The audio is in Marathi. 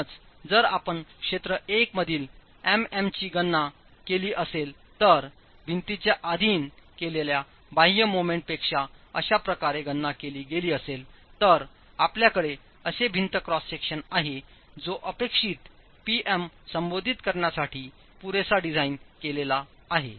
म्हणूनच जर आपण क्षेत्र 1 मधील Mm ची गणना केली असेल तर भिंतीच्या आधीन केलेल्या बाह्य मोमेंट पेक्षा अशा प्रकारे गणना केली गेली असेल तर आपल्याकडे असे भिंत क्रॉस सेक्शन आहे जो अपेक्षित P M संबोधित करण्यासाठी पुरेसा डिझाइन केलेला आहे